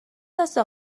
است